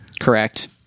Correct